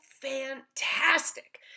fantastic